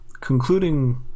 concluding